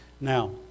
Now